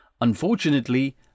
Unfortunately